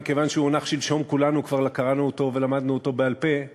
מכיוון שהוא הונח שלשום כולנו כבר קראנו אותו ולמדנו אותו בעל-פה,